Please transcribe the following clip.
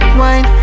wine